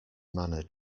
manner